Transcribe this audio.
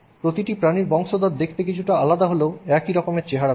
প্রতিটি প্রাণীর বংশধর দেখতে কিছুটা আলাদা হলেও একই রকমের চেহারা থাকে